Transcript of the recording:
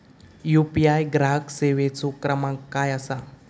UPI ग्राहक सेवेचो क्रमांक काय असा?